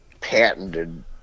patented